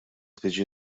tiġi